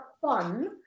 fun